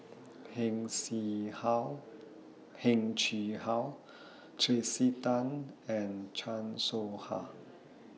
Heng Chee How Tracey Tan and Chan Soh Ha